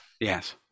Yes